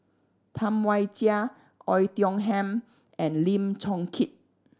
Tam Wai Jia Oei Tiong Ham and Lim Chong Keat